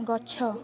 ଗଛ